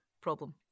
problem